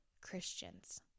Christians